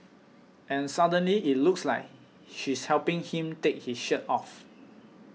and suddenly it looks like she's helping him take his shirt off